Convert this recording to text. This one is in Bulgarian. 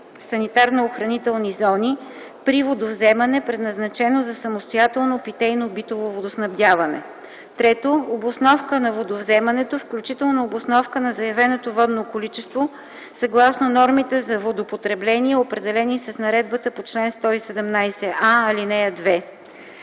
санитарно-охранителни зони – при водовземане, предназначено за самостоятелно питейно-битово водоснабдяване; 3. обосновка на водовземането, включително обосновка на заявеното водно количество, съгласно нормите за водопотребление, определени с наредбата по чл. 117а, ал. 2.